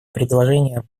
предложения